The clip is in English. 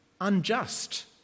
unjust